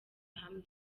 hamwe